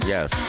Yes